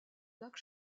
lac